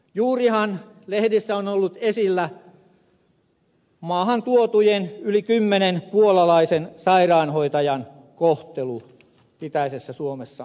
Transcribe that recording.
juurihan lehdissä on ollut esillä maahan tuotujen yli kymmenen puolalaisen sairaanhoitajan kohtelu itäisessä suomessamme